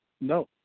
No